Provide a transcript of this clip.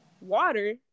water